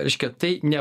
reiškia tai ne